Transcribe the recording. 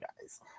guys